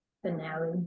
Finale